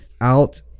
out